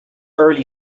early